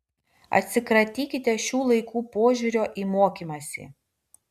atsikratykite šių laikų požiūrio į mokymąsi